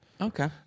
Okay